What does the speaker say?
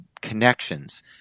connections